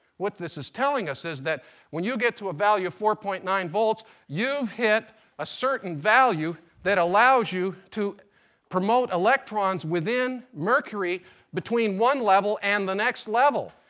what this is telling us is that when you get to a value of four point nine volts, you've hit a certain value that allows you to promote electrons within mercury between one level and the next level.